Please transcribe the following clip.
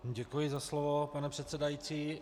Děkuji za slovo, pane předsedající.